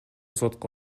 сотко